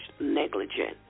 negligent